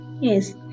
Yes